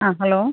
ആ ഹലോ